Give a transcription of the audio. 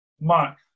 mark